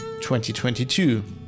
2022